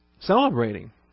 Celebrating